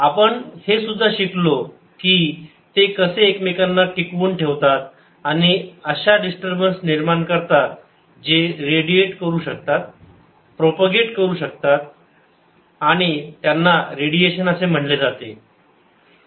आपण हे सुद्धा शिकलो की ते कसे एकमेकांना टिकवून ठेवतात आणि अशा डिस्टर्बन्स निर्माण करतात जे रेडिएट करू शकतात प्रोपॉगेट करू शकतात आणि त्यांना रेडिएशन असे म्हटले जाते